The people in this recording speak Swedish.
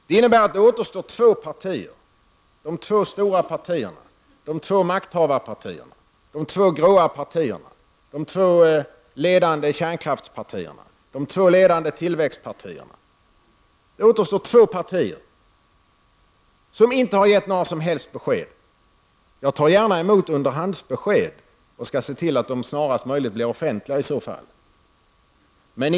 Det innebär att det återstår två partier som är de två stora partierna, de två makthavarpartierna, de två gråa partierna, de två ledande kärnkraftspartierna, de två ledande tillväxtpartierna. Det återstår alltså två partier som inte har givit några som helst besked. Jag tar gärna emot underhandsbesked och skall i sådana fall snarast se till att de blir offentliga.